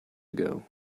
ago